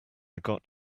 got